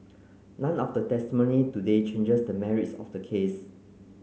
none of the testimony today changes the merits of the case